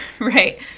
right